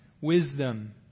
wisdom